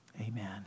Amen